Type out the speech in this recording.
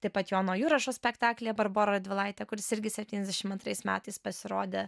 taip pat jono jurašo spektaklyje barbora radvilaitė kuris irgi septyniasdešim antrais metais pasirodė